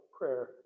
prayer